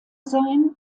sein